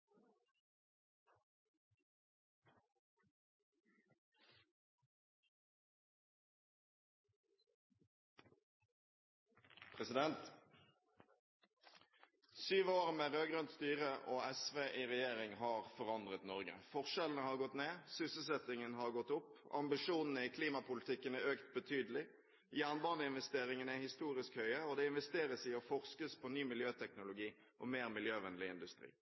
omme. Syv år med rød-grønt styre og SV i regjering har forandret Norge. Forskjellene har gått ned, sysselsettingen har gått opp, ambisjonene i klimapolitikken er økt betydelig, jernbaneinvesteringene er historisk høye, og det investeres i og forskes på ny miljøteknologi og mer miljøvennlig industri.